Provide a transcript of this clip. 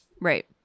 Right